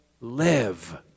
live